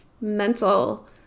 mental